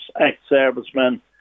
ex-servicemen